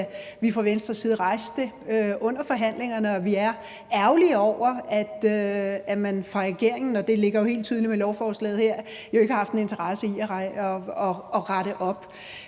vi fra Venstres side rejste det under forhandlingerne, og vi er ærgerlige over, at man fra regeringens side – og det er jo helt tydeligt med lovforslaget her – jo ikke har haft en interesse i at rette op